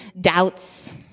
doubts